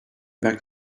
back